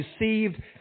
received